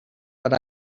but